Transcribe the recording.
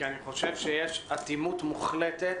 כי אני חושב שיש אטימות מוחלטת